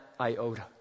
iota